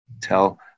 tell